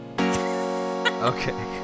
okay